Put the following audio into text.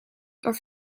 over